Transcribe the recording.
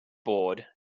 bored